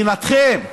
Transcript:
מבחינתכם,